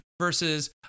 versus